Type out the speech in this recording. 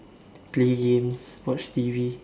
play games watch T_V